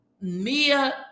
mia